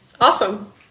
Awesome